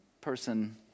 person